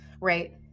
right